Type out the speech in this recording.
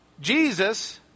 Jesus